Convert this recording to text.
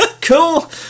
cool